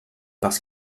parce